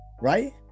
Right